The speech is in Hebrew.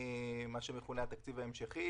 מה שמכונה התקציב ההמשכי,